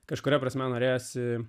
kažkuria prasme norėjosi